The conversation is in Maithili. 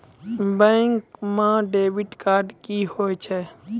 बैंक म डेबिट कार्ड की होय छै?